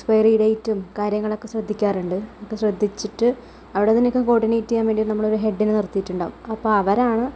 expiry ഡേറ്റും കാര്യങ്ങളൊക്കെ ശ്രദ്ധിക്കാറുണ്ട് ഒക്കെ ശ്രദ്ധിച്ചിട്ട് അവിടെ നിൽക്കുന്ന കോഡിനേറ്റ് ചെയ്യാൻ വേണ്ടി നമ്മളൊരു ഹെഡ്ഡിനെ നിർത്തിയിട്ടുണ്ടാകും അപ്പോൾ അവരാണ്